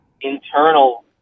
internal